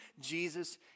Jesus